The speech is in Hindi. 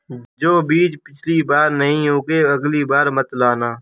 जो बीज पिछली बार नहीं उगे, अगली बार मत लाना